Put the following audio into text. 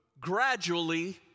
gradually